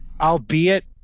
albeit